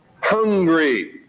hungry